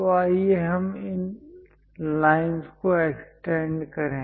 तो आइए हम इन लाइंस को एक्सटेंड करें